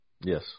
Yes